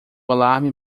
alarme